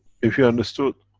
if you understood,